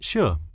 Sure